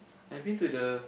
I been to the